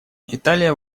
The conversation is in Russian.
италия